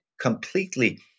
completely